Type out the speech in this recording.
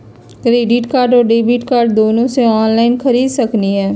Credit card और debit card दोनों से ऑनलाइन खरीद सकली ह?